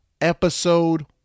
episode